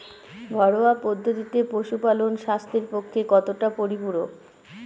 ঘরোয়া পদ্ধতিতে পশুপালন স্বাস্থ্যের পক্ষে কতটা পরিপূরক?